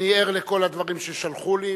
אני ער לכל הדברים ששלחו לי,